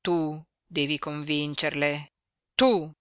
tu devi convincerle tu